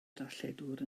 darlledwr